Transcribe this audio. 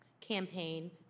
campaign